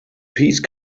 peace